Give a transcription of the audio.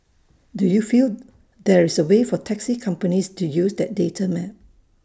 do you feel there is A way for taxi companies to use that data map